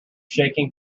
shaking